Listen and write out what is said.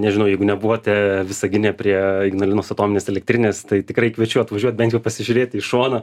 nežinau jeigu nebuvote visagine prie ignalinos atominės elektrinės tai tikrai kviečiu atvažiuot bent jau pasižiūrėti iš šono